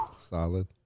Solid